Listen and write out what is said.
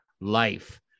life